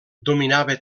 dominava